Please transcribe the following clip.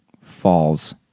falls